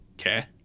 Okay